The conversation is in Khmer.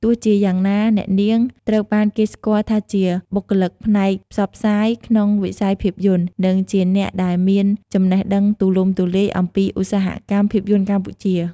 ទោះជាយ៉ាងណា អ្នកនាងត្រូវបានគេស្គាល់ថាជា បុគ្គលិកផ្នែកផ្សព្វផ្សាយ ក្នុងវិស័យភាពយន្ត និងជាអ្នកដែលមានចំណេះដឹងទូលំទូលាយអំពីឧស្សាហកម្មភាពយន្តកម្ពុជា។